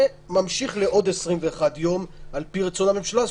ממשיך לעוד 21 יום על פי רצון הממשלה.